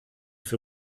für